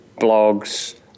blogs